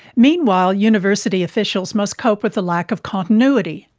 meanwhile, university officials must cope with the lack of continuity.